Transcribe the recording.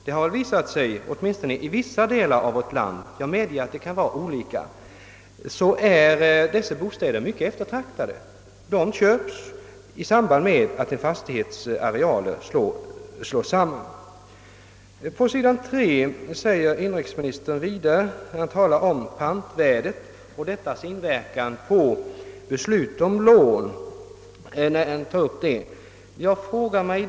Det har åtminstone i vissa delar av vårt land visat sig — jag medger att det kan vara olika — att bostäder av detta slag är mycket eftertraktade och lätt finner köpare när t.ex. två fastigheters arealer slås samman. I interpellationssvaret talar inrikesministern vidare om pantvärdet och dess inverkan på beslut om lån.